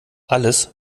alles